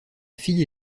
fille